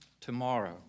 tomorrow